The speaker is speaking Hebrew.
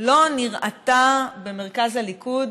לא נראתה במרכז הליכוד